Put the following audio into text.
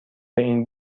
این